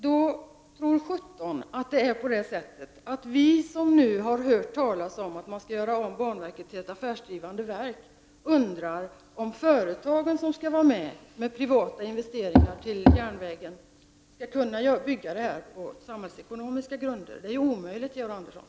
Tacka sjutton för att vi som har hört talas om att banverket skall göras om till ett affärsdrivande verk undrar om företagen — det handlar alltså om privata investeringar på järnvägssidan — som skall delta i detta arbete också kommer att kunna åstadkomma detta på samhällsekonomiska grunder! Det måste väl ändå vara omöjligt, Georg Andersson!